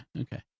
okay